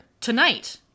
tonight